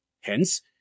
Hence